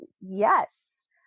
Yes